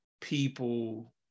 people